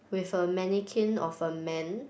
with a mannequin of a man